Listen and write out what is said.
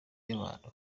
y’abantu